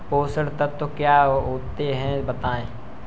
पोषक तत्व क्या होते हैं बताएँ?